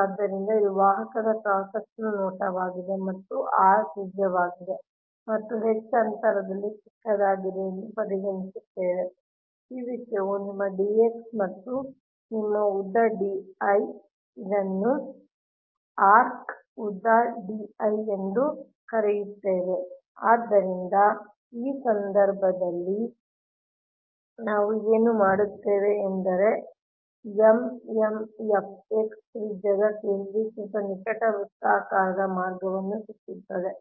ಆದ್ದರಿಂದ ಇದು ವಾಹಕದ ಕ್ರಾಸ್ ಸೆಕ್ಷನಲ್ ನೋಟವಾಗಿದೆ ಇದು R ತ್ರಿಜ್ಯವಾಗಿದೆ ಮತ್ತು H ಅಂತರದಲ್ಲಿ ಚಿಕ್ಕದಾಗಿದೆ ಎಂದು ಪರಿಗಣಿಸುತ್ತೇವೆ ಈ ವಿಷಯವು ನಿಮ್ಮ d x ಮತ್ತು ಇದು ನಿಮ್ಮ ಉದ್ದ d l ಇದನ್ನು ನಾವು ಆರ್ಕ್ ಉದ್ದ d l ಎಂದು ಕರೆಯುತ್ತೇವೆ ಆದ್ದರಿಂದ ಈ ಸಂದರ್ಭದಲ್ಲಿ ನಾವು ಏನು ಮಾಡುತ್ತೇವೆ ಎಂದರೆ MMF x ತ್ರಿಜ್ಯದ ಕೇಂದ್ರೀಕೃತ ನಿಕಟ ವೃತ್ತಾಕಾರದ ಮಾರ್ಗವನ್ನು ಸುತ್ತುತ್ತದೆ